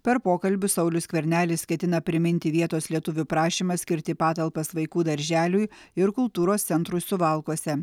per pokalbius saulius skvernelis ketina priminti vietos lietuvių prašymą skirti patalpas vaikų darželiui ir kultūros centrui suvalkuose